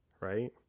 Right